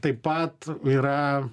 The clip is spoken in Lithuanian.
taip pat yra